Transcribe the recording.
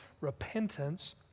repentance